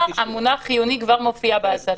המונח "חיוני" כבר מופיע בהצעת החוק.